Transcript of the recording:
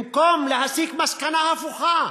במקום להסיק מסקנה הפוכה,